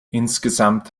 insgesamt